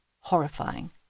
horrifying